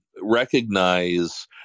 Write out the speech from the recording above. recognize